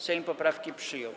Sejm poprawki przyjął.